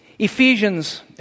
Ephesians